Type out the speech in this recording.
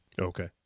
okay